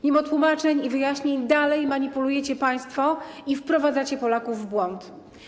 Mimo tłumaczeń i wyjaśnień dalej manipulujecie państwo i wprowadzacie Polaków w błąd.